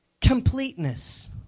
Completeness